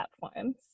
platforms